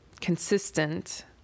consistent